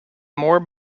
more